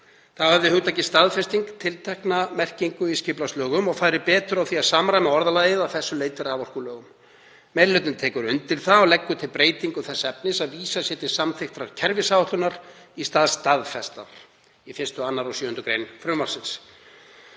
Þá hefði hugtakið staðfesting tiltekna merkingu í skipulagslögum og færi betur á því að samræma orðalagið að þessu leyti raforkulögum. Meiri hlutinn tekur undir það og leggur til breytingu þess efnis að vísað sé til samþykktrar kerfisáætlunar í stað staðfestrar í 1., 2. og 7. gr. frumvarpsins.